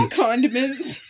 condiments